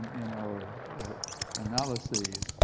in our analysis.